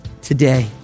today